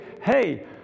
hey